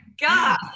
God